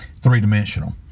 three-dimensional